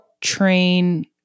train